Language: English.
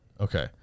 Okay